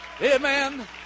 Amen